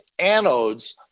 anodes